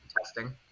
testing